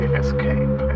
escape